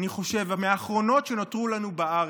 אני חושב, מהאחרונות שנותרו לנו בארץ.